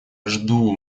жду